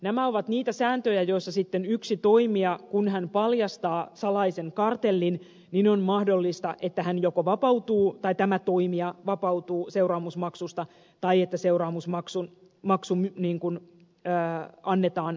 nämä ovat niitä sääntöjä joissa sitten yksi toimija kun hän paljastaa salaisinkaan joiden nojalla on mahdollista että yksi toimija kun paljastaa salaisen kartellin vapautuu seuraamusmaksusta tai että seuraamusmaksun maksun niin kun seuraamusmaksu annetaan toimijalle alennettuna